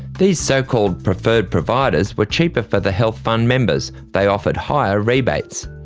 these so-called preferred providers were cheaper for the health fund members they offered higher rebates.